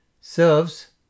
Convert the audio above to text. serves